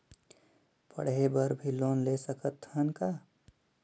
पढ़े बर भी लोन ले सकत हन का?